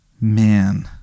Man